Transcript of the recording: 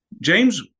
James